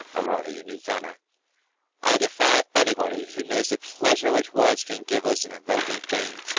a rather unique honor i defy anybody who knows the pleasure which words can give us in evoking things,